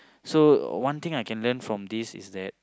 so one thing I can lean from this is that